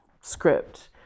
script